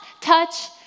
touch